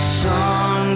sun